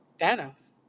Thanos